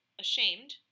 ashamed